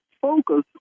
focus